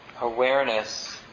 awareness